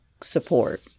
support